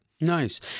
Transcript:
Nice